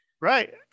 Right